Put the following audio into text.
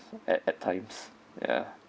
at at times ya